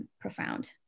profound